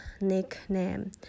nickname